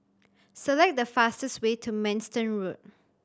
select the fastest way to Manston Road